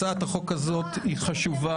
הצעת החוק הזאת חשובה,